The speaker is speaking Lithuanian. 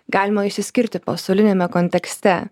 galima išsiskirti pasauliniame kontekste